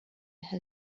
her